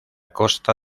costa